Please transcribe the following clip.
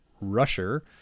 rusher